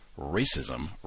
Racism